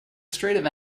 straight